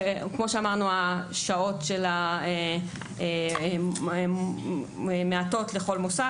כמו שאמרנו, שעות התקן מעטות לכל מוסד.